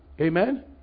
Amen